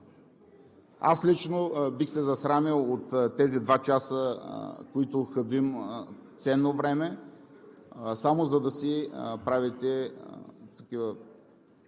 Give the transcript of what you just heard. Аз лично бих се засрамил от тези два часа, в които хабим ценно време само за да си правите партийни